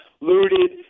looted